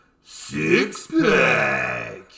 Six-pack